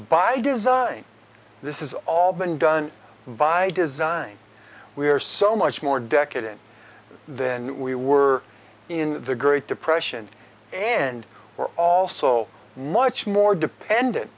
by design this is all been done by design we are so much more decadent than we were in the great depression and we're all so much more dependent